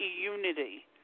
unity